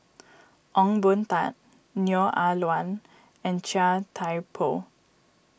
Ong Boon Tat Neo Ah Luan and Chia Thye Poh